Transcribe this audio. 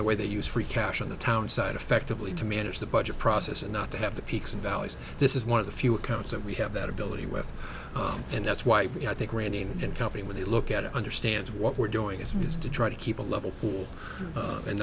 the way they use free cash on the town side effectively to manage the budget process and not to have the peaks and valleys this is one of the few accounts that we have that ability with them and that's why i think randy and company with a look at it understands what we're doing is to try to keep a level pool and